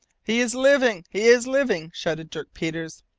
he is living! he is living! shouted dirk peters.